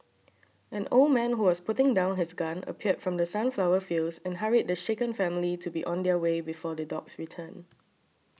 an old man who was putting down his gun appeared from the sunflower fields and hurried the shaken family to be on their way before the dogs return